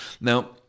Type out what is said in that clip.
Now